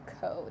code